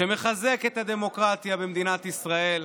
שמחזק את הדמוקרטיה במדינת ישראל.